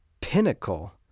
pinnacle